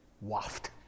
waft